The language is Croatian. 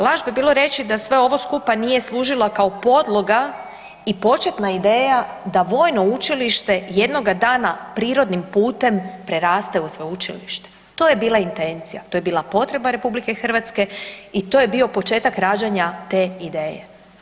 Laž bi bilo reći da sve ovo skupa nije služila kao podloga i početna ideja da vojno učilište jednoga dana prirodnim putem preraste u sveučilište, to je bila intencija, to je bila potreba RH i to je bio početak rađanja te ideje.